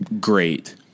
Great